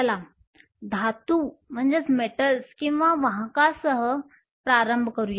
चला धातू किंवा वाहकांसह प्रारंभ करूया